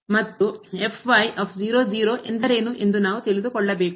ಮತ್ತು ಎಂದರೇನು ಎಂದು ನಾವು ತಿಳಿದುಕೊಳ್ಳಬೇಕು